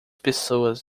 pessoas